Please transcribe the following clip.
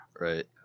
Right